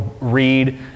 read